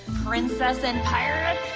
princess and pirates?